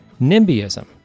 NIMBYism